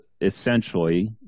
essentially